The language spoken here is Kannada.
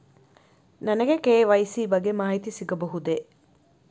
ನನಗೆ ಕೆ.ವೈ.ಸಿ ಬಗ್ಗೆ ಮಾಹಿತಿ ಸಿಗಬಹುದೇ?